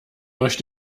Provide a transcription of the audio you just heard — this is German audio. euch